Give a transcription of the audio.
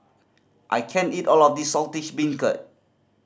I can't eat all of this Saltish Beancurd